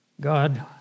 God